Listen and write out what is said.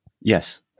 Yes